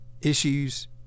issues